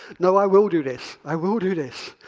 no, i will do this. i will do this.